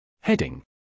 Heading